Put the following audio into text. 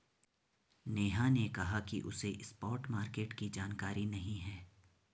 नेहा ने कहा कि उसे स्पॉट मार्केट की जानकारी नहीं है